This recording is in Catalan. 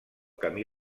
camí